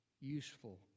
useful